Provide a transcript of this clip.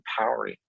empowering